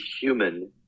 human